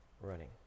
running